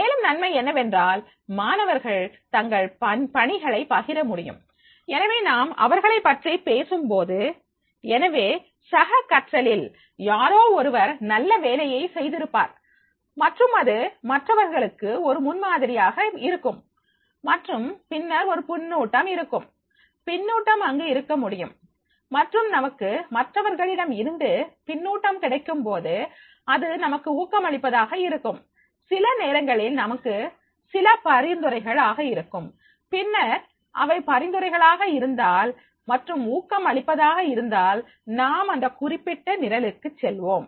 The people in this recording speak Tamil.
மேலும் நன்மை என்னவென்றால் மாணவர்கள் தங்கள் பணிகளை பகிர முடியும் எனவே நாம் அவர்களை பற்றி பேசும்போது எனவே சக கற்றலில் யாரோ ஒருவர் நல்ல வேலையை செய்திருப்பார் மற்றும் அது மற்றவர்களுக்கு ஒரு முன்மாதிரியாக இருக்கும் மற்றும் பின்னர் ஒரு பின்னூட்டம் இருக்கும் பின்னூட்டம் அங்கு இருக்க முடியும் மற்றும் நமக்கு மற்றவர்களிடம் இருந்து பின்னூட்டம் கிடைக்கும்போது அது நமக்கு ஊக்கமளிப்பதாக இருக்கும் சில நேரங்களில் நமக்கு சில பரிந்துரைகள் ஆக இருக்கும் பின்னர் அவை பரிந்துரைகளாக இருந்தால் மற்றும் ஊக்கம் அளிப்பதாக இருந்தால் நாம் அந்த குறிப்பிட்ட நிரலுக்கு செல்வோம்